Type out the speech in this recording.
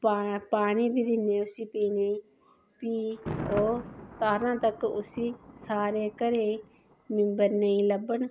पानी बी दिन्ने उसी पीने गी फिह् ओह् सतारां तक ओह् सारे घरे गी मिम्बर नेई लब्भन